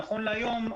נכון להיום,